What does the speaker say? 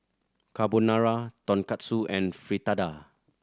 Carbonara Tonkatsu and Fritada